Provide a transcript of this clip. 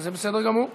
זה בסדר גמור.